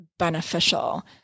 beneficial